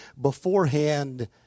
beforehand